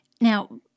Now